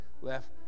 left